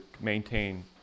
maintain